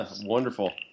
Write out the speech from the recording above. Wonderful